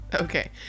okay